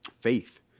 faith